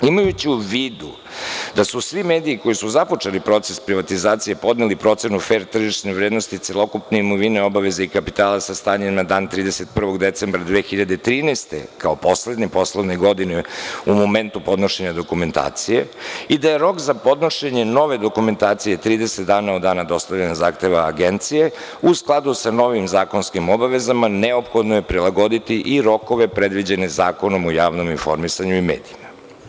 Imajući u vidu da su svi mediji koji su započeli proces privatizacije podneli procenu fer tržišne vrednosti, celokupne imovine, obaveze i kapitala sa stanjem na dan 31. decembra 2013. godine, kao poslednje poslovne godine u momentu podnošenja dokumentacije i da je rok za podnošenje nove dokumentacije 30 dana od dana dostavljanja zahteva Agencije u skladu sa novim zakonskim obavezama neophodno je prilagoditi i rokove predviđene Zakonom o javnom informisanju i medijima.